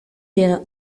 del